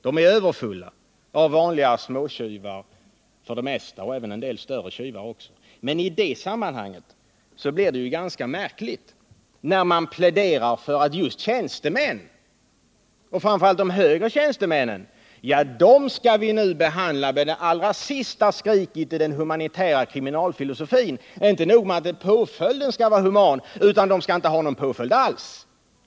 De är överfulla av för det mesta vanliga småtjuvar och även av en del större tjuvar. Men i det sammanhanget framstår det som ganska märkligt när man pläderar för att just tjänstemän — framför allt de högre tjänstemännen — nu skall behandlas i enlighet med det allra sista skriket i den humanitära kriminalvårdsfilosofin. Det är då inte nog med att påföljden skall vara human, utan brotten skall inte få någon påföljd alls.